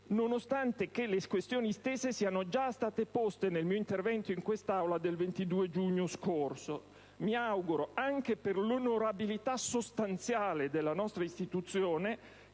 nonostante che le questioni stesse siano state già poste nel mio intervento in quest'Aula del 22 giugno scorso. Mi auguro, anche per l'onorabilità sostanziale della nostra istituzione,